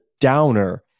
downer